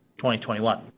2021